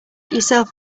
yourself